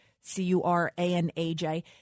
C-U-R-A-N-A-J